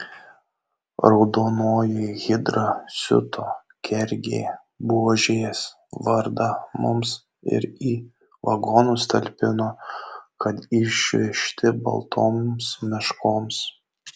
raudonoji hidra siuto kergė buožės vardą mums ir į vagonus talpino kad išvežti baltoms meškoms